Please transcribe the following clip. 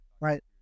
right